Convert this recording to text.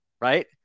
right